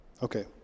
Okay